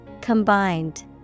Combined